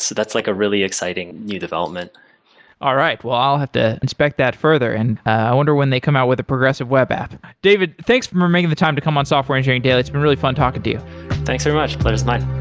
so that's like a really exciting new development all right. well i'll have to inspect that further. and i wonder when they come out with a progressive web app. david, thanks for making the time to come on software engineering daily. it's been really fun talking to you thanks very much. the pleasure's mine